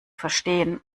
verstehen